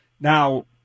Now